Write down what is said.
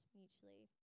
mutually